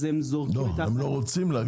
הן לא רוצות להגיע.